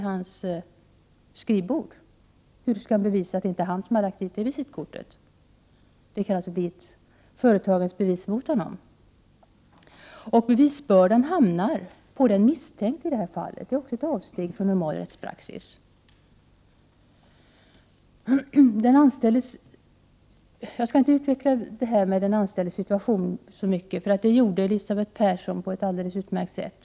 Hur skall det bevisas att det inte är han som har lagt dit visitkortet? Det blir kanske företagets bevis mot honom. Bevisbördan åläggs i det här fallet den misstänkte. Det är också ett avsteg från normal rättspraxis. Jag skall inte utveckla frågan om den anställdes situation så mycket, eftersom Elisabeth Persson gjorde detta på ett alldeles utmärkt sätt.